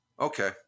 okay